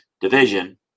division